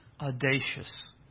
audacious